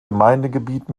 gemeindegebiet